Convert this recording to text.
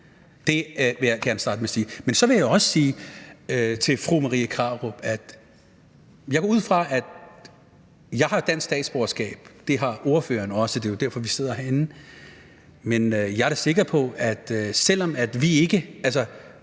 Det vil jeg gerne starte med at sige. Men så vil jeg også sige til fru Marie Krarup, at jeg har dansk statsborgerskab, og det har ordføreren også, og det er jo derfor, vi kan sidde herinde, men jeg er da sikker på, at fru Marie